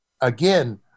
again